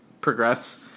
progress